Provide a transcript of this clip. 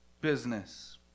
business